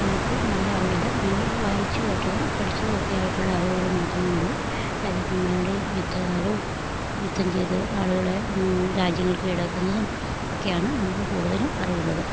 നമുക്ക് നല്ല അറിവില്ല ഇങ്ങനെ വായിച്ച് കേട്ടതും പഠിച്ചതും ഒക്കെ ആയിട്ടുള്ള അറിവുകള് മാത്രമേ ഉള്ളു രാജാക്കന്മാരുടേയും യുദ്ധ കാലവും യുദ്ധം ചെയ്ത് ആളുകളെ രാജ്യങ്ങൾ കീഴടക്കുന്നതും ഒക്കെയാണ് നമുക്ക് കൂടുതലും അറിവുള്ളത്